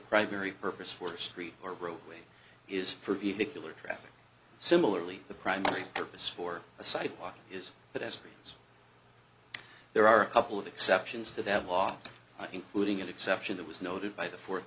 primary purpose for street or roadway is for vehicular traffic similarly the primary purpose for a sidewalk is that as friends there are a couple of exceptions to that law including an exception that was noted by the fourth